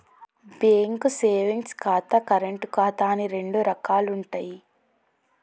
bank savings ఖాతా, current ఖాతా అని రెండు రకాలుంటయ్యి